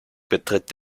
betritt